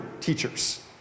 teachers